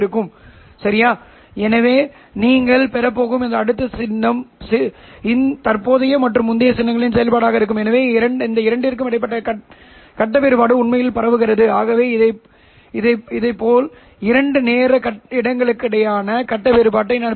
ωIF ≠ 0 என்றால் அல்லது ωIF 0 என்றால் அது குறைந்த பாஸ் வடிப்பானாக இருக்கலாம் இப்போது இது உங்களுக்கு தெரிந்திருக்கும் பொதுவான பெறுநராகும் இப்போது இதை எவ்வாறு ஒளியியல் முறையில் செயல்படுத்தலாம்